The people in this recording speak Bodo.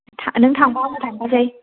नों थांबा आंबो थांफानोसै